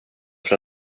för